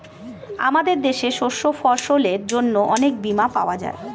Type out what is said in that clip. আমাদের দেশে শস্য ফসলের জন্য অনেক বীমা পাওয়া যায়